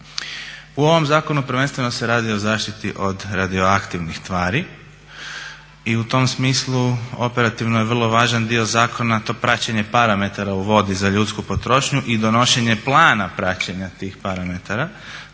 U ovom zakonu prvenstveno se radi o zaštiti od radioaktivnih tvari i u tom smislu operativno je vrlo važan dio zakona to praćenje parametara u vodi za ljudsku potrošnju i donošenje plana praćenja tih parametara